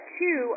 two